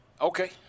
Okay